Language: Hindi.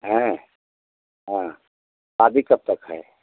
हाँ शादी कबतक है